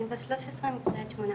אני בת 13 מקרית שמונה